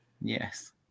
yes